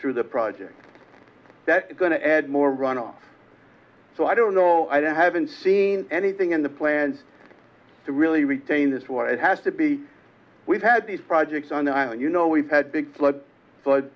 through the project that's going to add more runoff so i don't know i haven't seen anything in the plan to really retain this why it has to be we've had these projects on the island you know we've had big